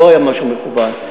לא היה משהו מכוון.